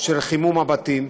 של חימום הבתים.